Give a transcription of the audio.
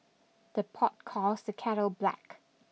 the pot calls the kettle black